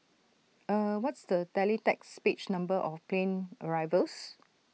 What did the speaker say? eh what's the teletext page number of plane arrivals